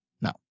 No